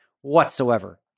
whatsoever